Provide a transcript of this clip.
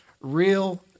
real